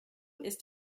ist